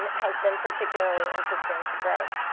um has been particularly interesting to greg.